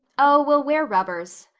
oh, we'll wear rubbers,